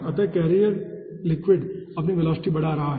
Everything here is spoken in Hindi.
अतः कैरिंग लिक्विड अपनी वेलोसिटी बढ़ा रहा है